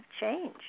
change